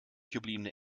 gebliebene